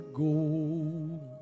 gold